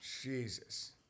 Jesus